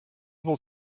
will